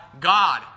God